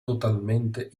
totalmente